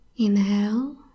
Inhale